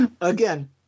Again